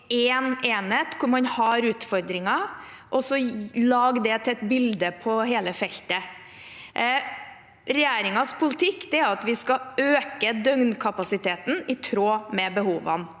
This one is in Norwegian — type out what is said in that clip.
en enhet hvor man har utfordringer, og gjøre den til et bilde på hele feltet. Regjeringens politikk er at vi skal øke døgnkapasiteten i tråd med behovene.